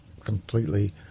completely